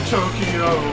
Tokyo